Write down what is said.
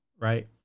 right